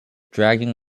dragging